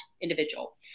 individual